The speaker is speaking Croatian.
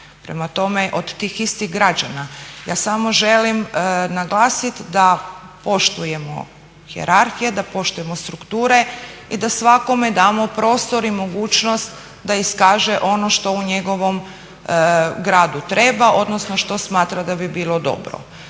Prema tome, od tih istih građana ja samo želim naglasiti da poštujemo hijerarhije, da poštujemo strukture i da svakome damo prostor i mogućnost da iskaže ono što u njegovom gradu treba, odnosno što smatra da bi bilo dobro.